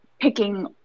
picking